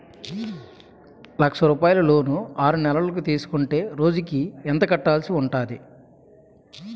లక్ష రూపాయలు లోన్ ఆరునెలల కు తీసుకుంటే రోజుకి ఎంత కట్టాల్సి ఉంటాది?